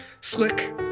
Slick